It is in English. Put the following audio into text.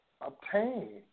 obtain